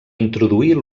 introduir